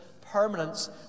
permanence